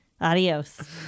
Adios